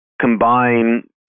combine